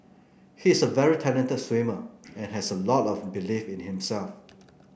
he is a very talented swimmer and has a lot of belief in himself